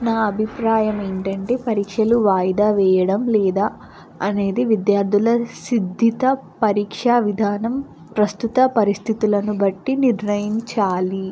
నా అభిప్రాయం ఏమిటి అంటే పరీక్షలు వాయిదా వేయడం లేదా అనేది విద్యార్థుల సిద్ధిత పరీక్షా విధానం ప్రస్తుత పరిస్థితులను బట్టి నిర్ణయించాలి